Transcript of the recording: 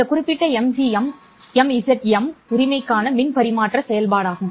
இந்த குறிப்பிட்ட MZM உரிமைக்கான மின் பரிமாற்ற செயல்பாடுகும்